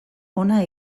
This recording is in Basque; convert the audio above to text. hona